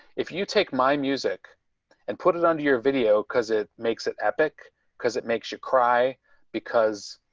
if you take my music and put it onto your video because it makes it epic because it makes you cry because